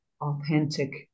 Authentic